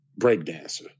breakdancer